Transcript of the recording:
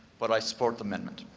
but i support the amendment.